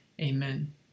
amen